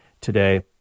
today